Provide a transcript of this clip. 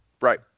Right